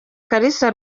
kalisa